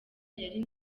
yari